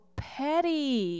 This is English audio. petty